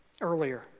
Earlier